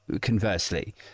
conversely